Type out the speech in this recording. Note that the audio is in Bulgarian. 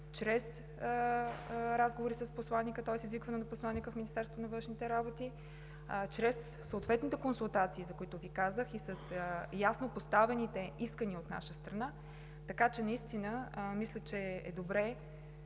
чрез разговори с посланика, тоест с извикване на посланика в Министерството на външните работи, чрез съответните консултации, за които Ви казах и с ясно поставените искания от наша страна. Така че мисля, че е добре